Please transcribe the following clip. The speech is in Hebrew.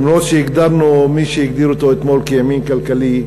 למרות שהגדרנו, מי שהגדיר אותו אתמול כימין כלכלי,